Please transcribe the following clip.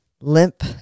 limp